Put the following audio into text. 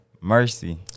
Mercy